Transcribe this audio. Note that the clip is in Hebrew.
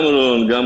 גם רון חולדאי,